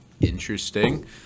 interesting